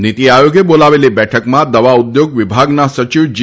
નીતિ આયોગે બોલાવેલી બેઠકમાં દવા ઉદ્યોગ વિભાગના સચિવ જી